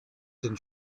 den